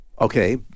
Okay